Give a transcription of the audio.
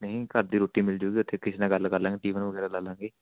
ਨਹੀਂ ਘਰ ਦੀ ਰੋਟੀ ਮਿਲ ਜੂਗੀ ਉੱਥੇ ਕਿਸੇ ਨਾਲ ਗੱਲ ਕਰ ਲਾਂਗੇ ਟਿਫਨ ਵਗੈਰਾ ਲਾ ਲਾਂਗੇ